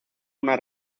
una